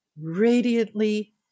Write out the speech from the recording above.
radiantly